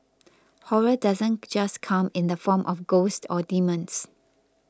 horror doesn't just come in the form of ghosts or demons